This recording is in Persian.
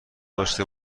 داشته